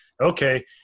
okay